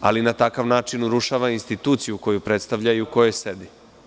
ali na takva način urušava instituciju koju predstavlja i u kojoj sedi.